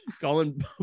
colin